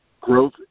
growth